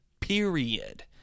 period